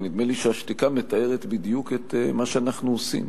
כי נדמה לי שהשתיקה מתארת בדיוק את מה שאנחנו עושים,